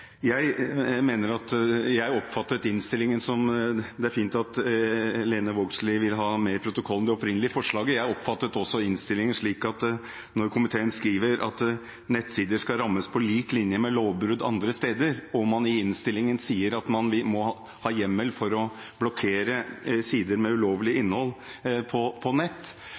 at det er dokumentert lovbrudd. Det er fint at Lene Vågslid vil ha med i protokollen det opprinnelige forslaget. Når komiteen i innstillingen skriver at nettsider skal «rammes på lik linje med lovbrudd andre steder», og man i innstillingen sier at man må ha hjemmel for å blokkere sider med ulovlig innhold på nett, oppfatter jeg det slik at skal det behandles på